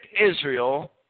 Israel